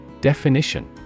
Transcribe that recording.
Definition